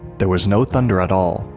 there was no thunder at all,